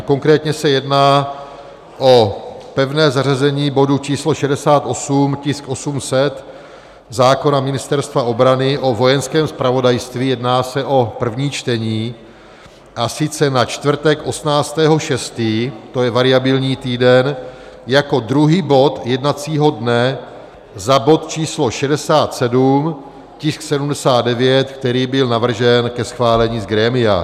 Konkrétně se jedná o pevné zařazení bodu číslo 68, tisk 800, zákon Ministerstva obrany o Vojenském zpravodajství, jedná se o první čtení, a sice na čtvrtek 18. 6., to je variabilní týden, jako druhý bod jednacího dne za bod číslo 67, tisk 790, který byl navržen ke schválení z grémia.